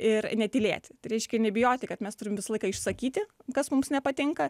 ir netylėti tai reiškia nebijoti kad mes turim visą laiką išsakyti kas mums nepatinka